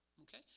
Okay